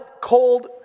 cold